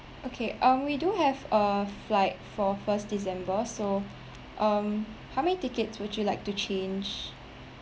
okay um we do have a flight for first december so um how many tickets would you like to change